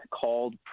called